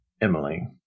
Emily